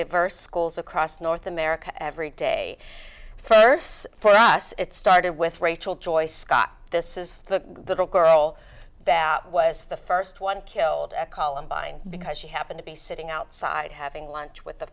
diverse schools across north america every day first for us it started with rachel joy scott this is the little girl that was the first one killed at columbine because she happened to be sitting outside having lunch with a